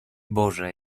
boże